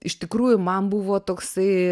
iš tikrųjų man buvo toksai